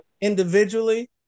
individually